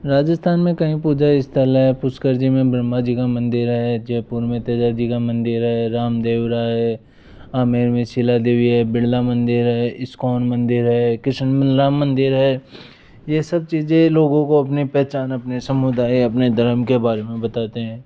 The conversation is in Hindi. राजस्थान में कई पूजा स्थल है पुष्कर जी में ब्रह्मा जी का मंदिर है जयपुर में तेजा जी का मंदिर है रामदेवरा है आमेर में शिला देवी है बिड़ला मंदिर है इस्कॉन मंदिर है कृष्ण लल्ला मंदिर है ये सब चीज़ें लोगों को अपनी पहचान अपने समुदाय अपने धर्म के बारे में बताते हैं